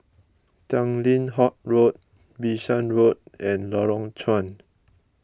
Tanglin Halt Road Bishan Road and Lorong Chuan